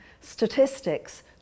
statistics